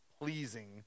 pleasing